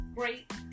Great